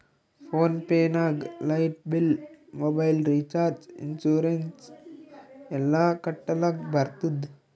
phone pay ನಾಗ್ light bill, mobile recharge, insurance ಎಲ್ಲಾ ಕಟ್ಟಲಕ್ ಬರ್ತುದ್